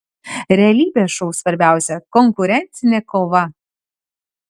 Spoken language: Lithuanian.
realybės šou svarbiausia konkurencinė kova